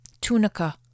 Tunica